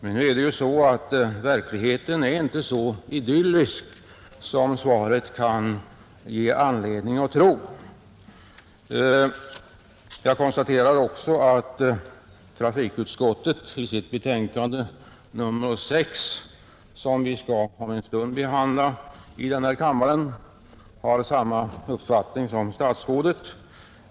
Men nu är verkligheten inte så idyllisk som svaret kan ge anledning att tro. Jag konstaterar att trafikutskottet i sitt betänkande nr 6, som vi skall behandla om en stund här i kammaren, har samma uppfattning som statsrådet.